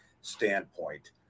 standpoint